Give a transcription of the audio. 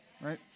right